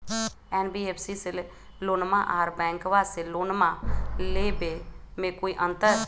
NBFC से लोनमा आर बैंकबा से लोनमा ले बे में कोइ अंतर?